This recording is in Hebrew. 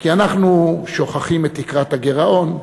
כי אנחנו שוכחים את תקרת הגירעון,